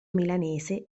milanese